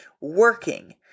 working